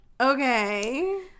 Okay